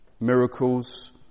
miracles